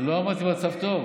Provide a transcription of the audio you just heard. המצב מדהים,